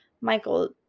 Michael